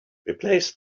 replace